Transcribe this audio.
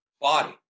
body